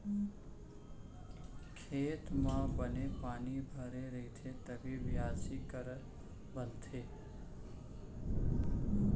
खेत म बने पानी भरे रइथे तभे बियासी करत बनथे